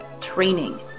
training